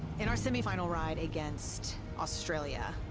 in our semi-final ride against australia,